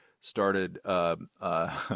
started